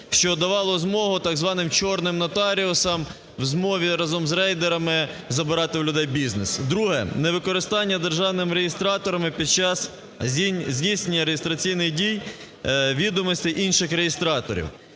що давало змогу так званим "чорним" нотаріусам в змові разом з рейдерами забирати у людей бізнес. Друге. Невикористання державними реєстраторами під час здійснення реєстраційних дій відомостей інших реєстраторів.